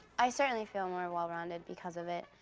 i certainly feel more well-rounded because of it.